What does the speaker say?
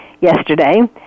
Yesterday